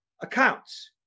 accounts